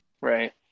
right